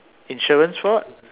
insurance fraud